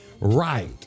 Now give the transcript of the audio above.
Right